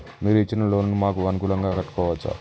మీరు ఇచ్చిన లోన్ ను మాకు అనుకూలంగా కట్టుకోవచ్చా?